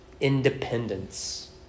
independence